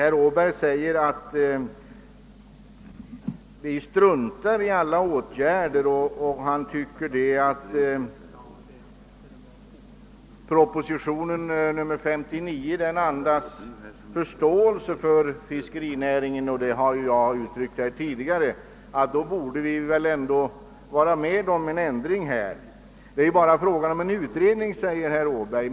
När jag nu ändå har ordet vill jag ta upp herr Åbergs resonemang. Herr Åberg säger, att proposition nr 59 andas förståelse för fiskerinäringen — och en sådan förståelse har också jag gett uttryck för — och att vi då borde ha varit med om den föreslagna ändringen. Det är ju bara fråga om en utredning, säger herr Åberg.